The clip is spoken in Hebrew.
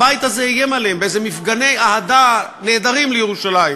הבית הזה איים עליהם באיזה מפגני אהדה נהדרים לירושלים.